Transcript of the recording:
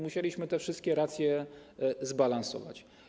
Musieliśmy te wszystkie racje zbalansować.